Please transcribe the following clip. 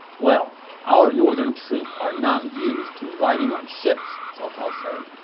well, our northern troops are not used to riding on ships, cao cao said.